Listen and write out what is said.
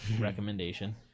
recommendation